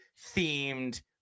themed